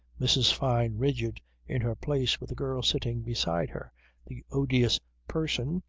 mrs. fyne rigid in her place with the girl sitting beside her the odious person,